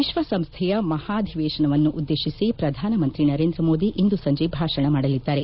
ವಿಶ್ವಸಂಸ್ಥೆಯ ಮಹಾಧಿವೇಶನವನ್ನು ಉದ್ದೇಶಿಸಿ ಪ್ರಧಾನ ಮಂತ್ರಿ ನರೇಂದ್ರ ಮೋದಿ ಇಂದು ಸಂಜೆ ಭಾಷಣ ಮಾಡಲಿದ್ದಾರೆ